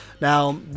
Now